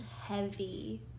heavy